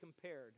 compared